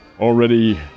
already